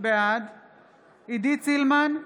בעד עידית סילמן,